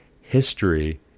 history